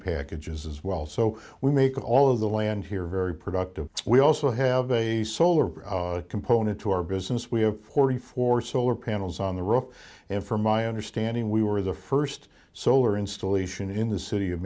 packages as well so we make all of the land here very productive we also have a solar component to our business we have forty four solar panels on the roof and from my understanding we were or the first solar installation in the city of